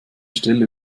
stelle